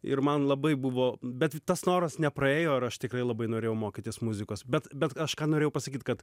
ir man labai buvo bet tas noras nepraėjo ir aš tikrai labai norėjau mokytis muzikos bet bet aš ką norėjau pasakyt kad